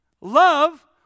Love